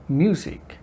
music